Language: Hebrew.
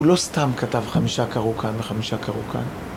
הוא לא סתם כתב חמישה קרו כאן וחמישה קרו כאן.